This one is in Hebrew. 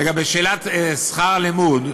לגבי שאלת שכר הלימוד,